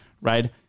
right